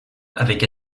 avec